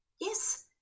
yes